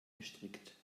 gestrickt